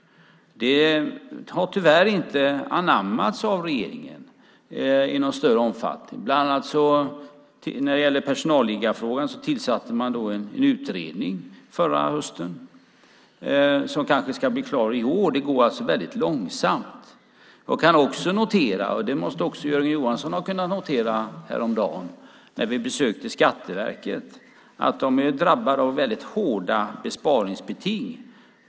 Det har tyvärr inte anammats av regeringen i någon större omfattning. Bland annat när det gäller personalliggarfrågan tillsatte man en utredning förra hösten som kanske ska bli klar i år. Det går alltså väldigt långsamt. Jag kan notera - det måste också Jörgen Johansson ha kunnat notera härom dagen när vi besökte Skatteverket - att Skatteverket är drabbat av väldigt hårda besparingsbeting.